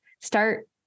start